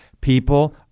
People